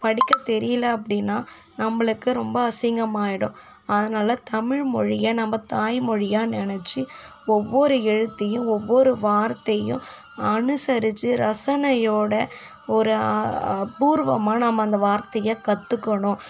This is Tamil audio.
படிக்க தெரியல அப்படினா நம்மளுக்கு ரொம்ப அசிங்கமாகிடும் அதனால தமிழ்மொழியை நம்ம தாய்மொழியாக நினைச்சி ஒவ்வொரு எழுத்தையும் ஒவ்வொரு வார்த்தையும் அனுசரித்து ரசனையோடு ஒரு அபூர்வமாக நம்ம அந்த வார்த்தையை கற்றுக்கணும்